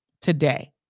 today